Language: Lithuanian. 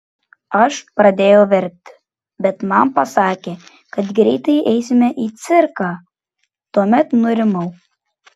aš pradėjau verkti bet man pasakė kad greitai eisime į cirką tuomet nurimau